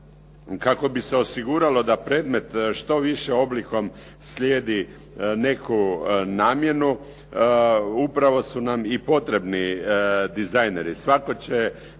Kako bi se osiguralo da predmet što više oblikom slijedi neku namjenu, upravo su nam i potrebni dizajneri. Svatko će